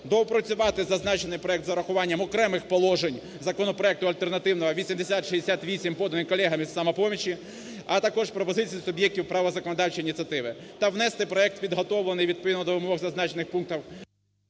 доопрацювати зазначений проект з урахуванням окремих положень законопроекту альтернативного 8068, поданий колегами із "Самопомочі", а також пропозиції суб'єктів права законодавчої ініціативи, та внести проект, підготовлений відповідно до вимог зазначених пунктів...